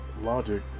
logic